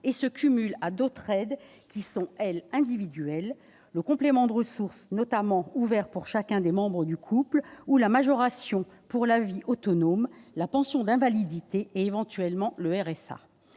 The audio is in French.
et se cumule à d'autres aides qui sont, elles, individuelles, notamment le complément de ressources, ouvert pour chacun des membres du couple, la majoration pour la vie autonome, la pension d'invalidité et, éventuellement, le RSA.